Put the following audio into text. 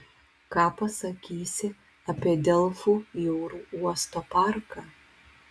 ką pasakysi apie delfų jūrų uosto parką